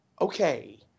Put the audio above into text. okay